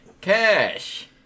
Cash